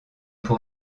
pour